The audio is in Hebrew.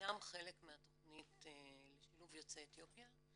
אינם חלק מהתכנית לשילוב יוצאי אתיופיה,